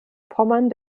pommern